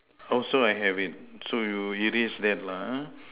also I have it so you erase that lah ha